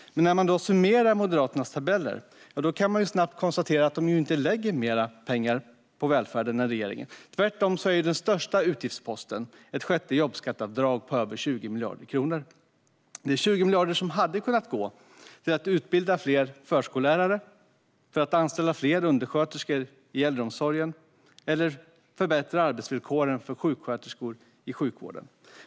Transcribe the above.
När man summerar Moderaternas tabeller kan man snabbt konstatera att de inte lägger mer pengar på välfärden än regeringen. Tvärtom är deras största utgiftspost ett sjätte jobbskatteavdrag på över 20 miljarder kronor. Dessa 20 miljarder hade kunnat gå till att utbilda fler förskollärare, till att anställa fler undersköterskor i äldreomsorgen eller till att förbättra arbetsvillkoren för sjuksköterskorna i sjukvården.